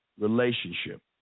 relationship